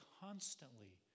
constantly